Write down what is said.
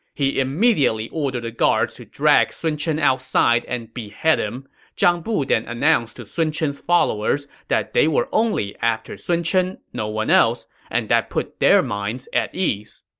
he immediately ordered the guards to drag sun chen outside and behead him. zhang bu then announced to sun chen's followers that they were only after sun chen, no one else, and that put their minds at ease.